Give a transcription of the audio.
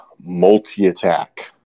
multi-attack